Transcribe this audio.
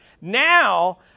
now